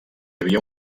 havia